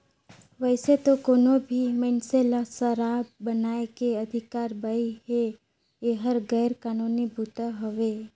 वइसे तो कोनो भी मइनसे ल सराब बनाए के अधिकार बइ हे, एहर गैर कानूनी बूता हवे